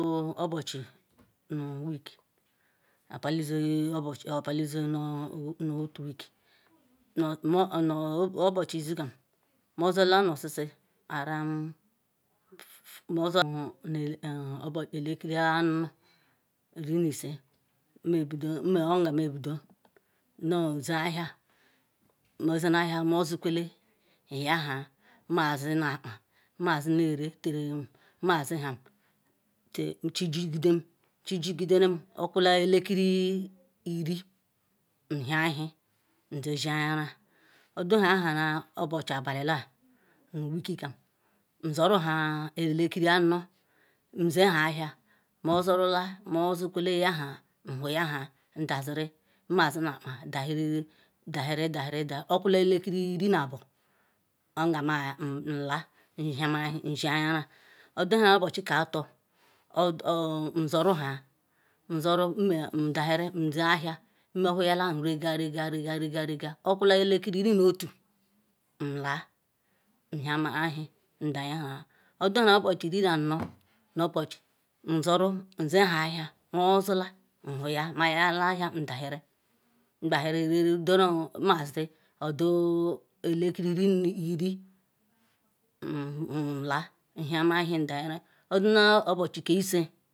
O’ obuchi nu week abalizo ye obuchi abalizo nu otu week, no no obuchi izikan mozula nu oshishi arounu elekiri ano Irineise obu nka meyeobido na zhen ahia mozule ahia mozukwele nyehaye nmazi akpa nmazi neri tiram nmasiham tiram chijigikide chijigiki-derem okula elekiri Irin nhia ewhi nyeshenayara, oduhahana obuchi abali-la nu weekikam nsuruha nu elekiri ano nziha ahia mozurula mozukwele yahan nwuyiaha daziri nmazinakpa dahera dahiri dahiri dahirida, okula elekiri Irinabu yengan, mayela nla ahiamara ewhi nsheanyara, oduha obuchi ka-ator o'nzuruha nzuru ndahiri nziahia mehuluala nrega rega rega okula elekiri Iri-nu-otu nlan nhiamaewhi nduheha oduha obuchi Irinano nu obuchi nzuru nzihia mozula nwuhia mayela ahia nduhiri ndahiri reru deru nmazi odo elekiri-Irin nla nhiamara eushi ndahiri odonu obuchi ke Ise